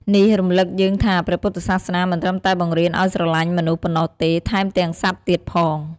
នេះរំឭកយើងថា ព្រះពុទ្ធសាសនាមិនត្រឹមតែបង្រៀនឱ្យស្រលាញ់មនុស្សប៉ុណ្ណោះទេ ថែមទាំងសត្វទៀតផង។